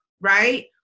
right